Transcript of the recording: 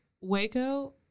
waco